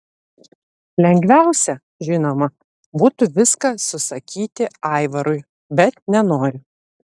lengviausia žinoma būtų viską susakyti aivarui bet nenori